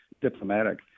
diplomatic